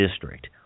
District